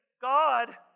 God